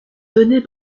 donnés